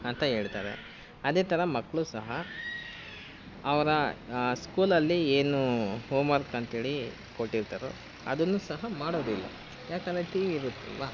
ಅಂತ ಹೇಳ್ತಾರೆ ಅದೇ ಥರ ಮಕ್ಕಳು ಸಹ ಅವರ ಸ್ಕೂಲಲ್ಲಿ ಏನು ಹೋಮ್ ವರ್ಕ್ ಅಂತೇಳಿ ಕೊಟ್ಟಿರ್ತರೊ ಅದನ್ನು ಸಹ ಮಾಡೋದಿಲ್ಲ ಯಾಕಂದರೆ ಟಿ ವಿ ಇರುತ್ತಲ್ವ